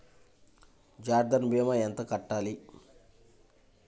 జన్ధన్ భీమా ఎంత కట్టాలి?